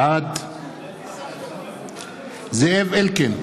בעד זאב אלקין,